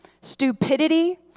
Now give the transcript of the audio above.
stupidity